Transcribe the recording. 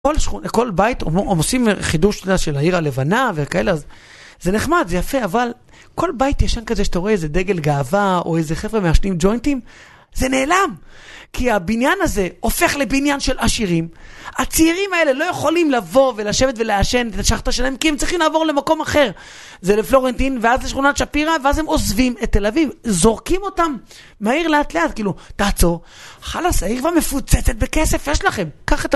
כל בית, עושים חידוש של העיר הלבנה וכאלה, זה נחמד, זה יפה, אבל כל בית ישן כזה שאתה רואה איזה דגל גאווה או איזה חבר'ה מעשנים ג'וינטים, זה נעלם! כי הבניין הזה הופך לבניין של עשירים. הצעירים האלה לא יכולים לבוא ולשבת ולעשן את השכטה שלהם, כי הם צריכים לעבור למקום אחר. זה לפלורנטין ואז לשכונת שפירא ואז הם עוזבים את תל אביב. זורקים אותם מהעיר לאט לאט, כאילו, תעצור. חלאס, העיר כבר מפוצצת בכסף, יש לכם! קח את ה...